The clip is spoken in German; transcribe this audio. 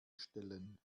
stellen